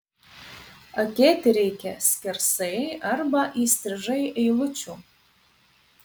akėti reikia skersai arba įstrižai eilučių